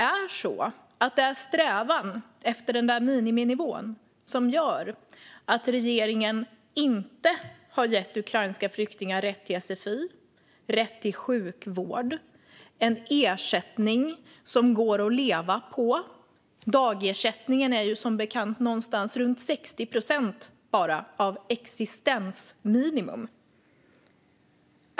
Är det strävan efter en miniminivå som gör att regeringen inte har gett ukrainska flyktingar rätt till sfi, rätt till sjukvård och en ersättning som går att leva på? Dagersättningen är som bekant bara någonstans runt 60 procent av existensminimum.